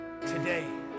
today